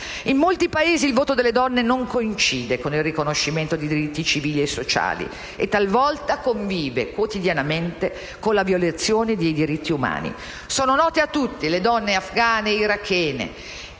In molti Paesi il voto alle donne non coincide con il riconoscimento di diritti civili e sociali e talvolta convive, quotidianamente, con la violazione dei diritti umani. Sono note a tutti le donne afghane o irachene